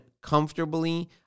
comfortably